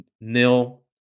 Nil